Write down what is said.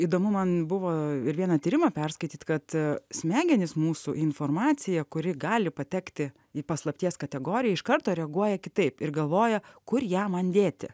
įdomu man buvo ir vieną tyrimą perskaityt kad smegenys mūsų į informaciją kuri gali patekti į paslapties kategoriją iš karto reaguoja kitaip ir galvoja kur ją man dėti